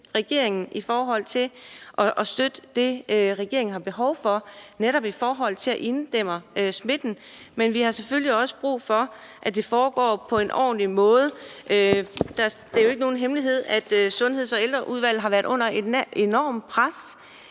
i forhold til at støtte det, regeringen har behov for, netop i forhold til at inddæmme smitten, men vi har selvfølgelig også brug for, at det foregår på en ordentlig måde. Det er jo ikke nogen hemmelighed, at Sundheds- og Ældreudvalget har været under et enormt pres.